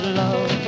love